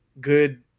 good